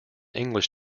english